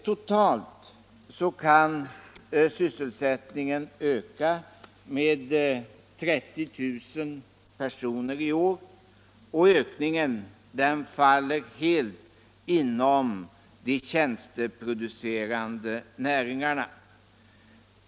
Totalt kan sysselsättningen öka med 30 000 personer i år, och ökningen faller helt inom de tjänsteproducerande näringarna.